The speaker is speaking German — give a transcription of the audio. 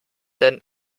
dann